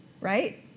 right